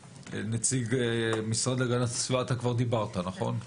נציג המשרד להגנת הסביבה, אתה כבר דיברת, נכון?